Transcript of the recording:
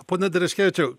pone dereškevičiau